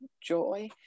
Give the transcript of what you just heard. joy